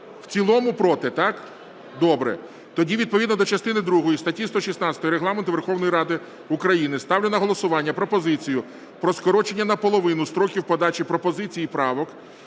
В цілому – проти, так? Добре. Тоді відповідно до частини другої статті 116 Регламенту Верховної Ради України ставлю на голосування пропозицію про скорочення наполовину строків подачі пропозицій і правок